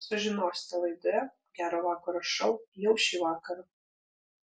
sužinosite laidoje gero vakaro šou jau šį vakarą